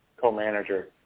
co-manager